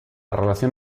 relación